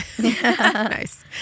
nice